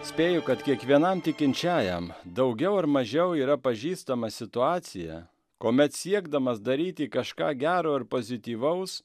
spėju kad kiekvienam tikinčiajam daugiau ar mažiau yra pažįstama situacija kuomet siekdamas daryti kažką gero ir pozityvaus